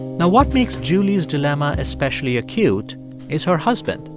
now what makes julie's dilemma especially acute is her husband,